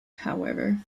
however